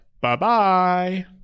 Bye-bye